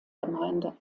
gemeinde